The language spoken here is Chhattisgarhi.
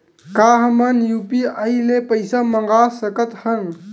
का हमन ह यू.पी.आई ले पईसा मंगा सकत हन?